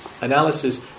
analysis